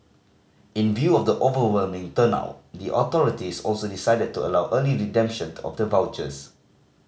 in view of the overwhelming turnout the authorities also decided to allow early redemption of the vouchers